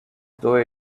though